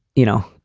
you know,